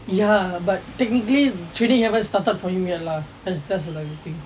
ya but technically training hasn't started for him yet lah that's the lucky thing